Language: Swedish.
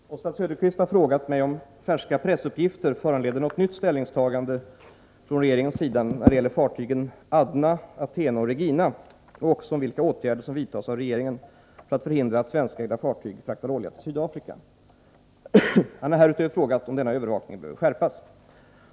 Herr talman! Oswald Söderqvist har frågat mig om färska pressuppgifter föranleder något nytt ställningstagande från regeringens sida när det gäller fartygen Adna, Athene och Regina och också om vilka åtgärder som vidtas av regeringen för att förhindra att svenskägda fartyg fraktar olja till Sydafrika. Han har härutöver frågat om denna övervakning behöver skärpas.